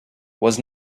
was